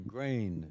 Grain